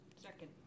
second